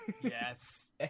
Yes